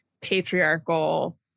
patriarchal